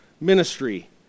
ministry